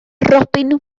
robin